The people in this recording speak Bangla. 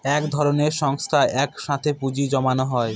এক ধরনের সংস্থায় এক সাথে পুঁজি জমানো হয়